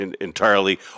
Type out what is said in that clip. entirely